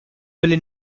billi